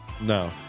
No